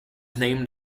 named